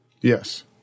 Yes